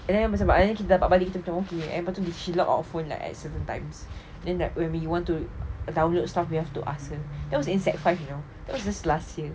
and then macam kita dapat balik kita macam okay and lepas tu she lock our phone like at certain times and when we want to download stuff you have to ask her that was in sec five you know cause it was last year